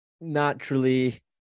naturally